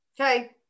Okay